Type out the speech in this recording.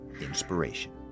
inspiration